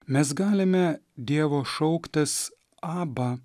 mes galime dievo šauktis aba